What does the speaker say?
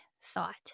thought